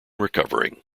recovering